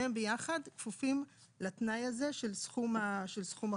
שניהם ביחד כפופים לתנאי הזה של סכום החוב.